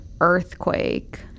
earthquake